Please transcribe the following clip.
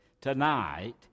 tonight